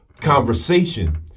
conversation